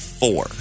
four